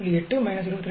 8 22